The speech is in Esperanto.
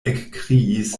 ekkriis